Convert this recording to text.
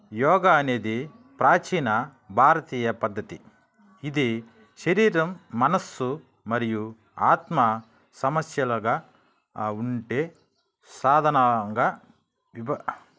యోగా అనేది ప్రాచీన భారతీయ పద్ధతి ఇది శరీరం మనసు మరియు ఆత్మ సమస్యలుగా ఉంటే సాధనగా